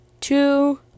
Two